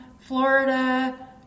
Florida